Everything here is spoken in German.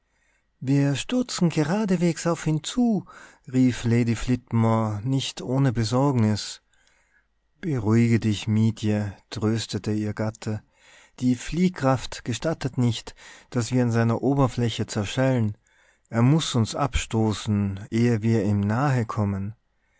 wir stürzen geradewegs auf ihn zu rief lady flitmore nicht ohne besorgnis beruhige dich mietje tröstete ihr gatte die fliehkraft gestattet nicht daß wir an seiner oberfläche zerschellen er muß uns abstoßen ehe wir ihm nahe kommen